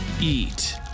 eat